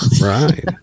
Right